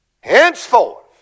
Henceforth